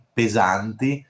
pesanti